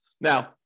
Now